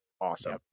awesome